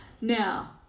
Now